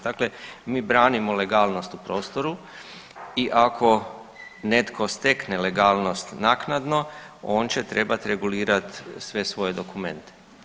Dakle, mi branimo legalnost u prostoru i ako netko stekne legalnost naknadno, on će trebati regulirati sve svoje dokumente.